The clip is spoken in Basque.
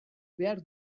behar